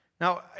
Now